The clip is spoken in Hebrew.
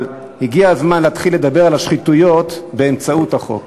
אבל הגיע הזמן להתחיל לדבר על השחיתויות באמצעות החוק.